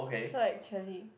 so actually